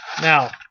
Now